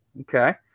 Okay